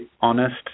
honest